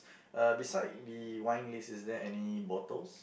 uh beside the wine list is there any bottles